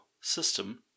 system